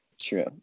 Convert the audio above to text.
True